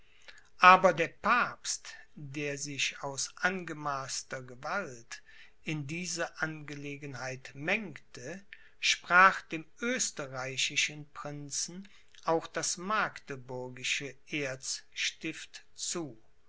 aber der papst der sich aus angemaßter gewalt in diese angelegenheit mengte sprach dem österreichischen prinzen auch das magdeburgische erzstift zu